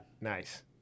Nice